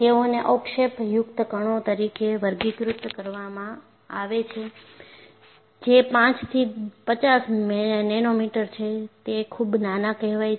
તેઓને અવક્ષેપયુક્ત કણો તરીકે વર્ગીકૃત કરવામાં આવે છે જે 5 થી 50 નેનોમીટર છે તે ખૂબ નાના કહેવાય છે